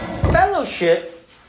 fellowship